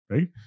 Right